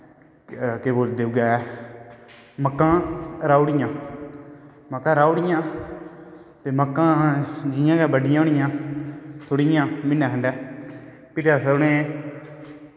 केह् बोलदे उऐ मक्कां रहाउड़ियां मक्कां राही ओड़ियां ते मक्कां जियां गै बड्डियां होंनियां थोह्ड़ियां म्हीने खंडै फ्ही असैं उनेंगी